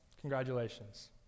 Congratulations